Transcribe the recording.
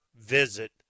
visit